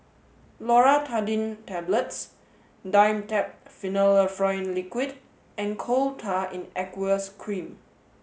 Loratadine Tablets Dimetapp Phenylephrine Liquid and Coal Tar in Aqueous Cream